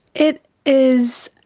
it is